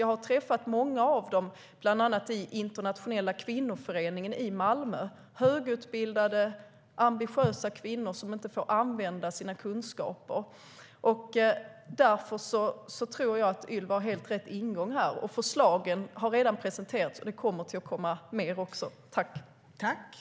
Jag har träffat många av dem, bland annat i Internationella Kvinnoföreningen i Malmö. Det är högutbildade, ambitiösa kvinnor som inte får använda sina kunskaper. Därför tror jag att Ylva har helt rätt ingång här. Förslagen har redan presenterats, och det kommer även att komma fler.